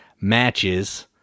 matches